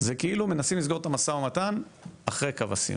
זה כאילו מנסים לסגור את המו"מ אחרי קו הסיום.